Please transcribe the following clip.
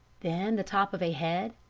then the top of a head,